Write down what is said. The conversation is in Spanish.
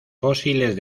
fósiles